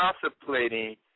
contemplating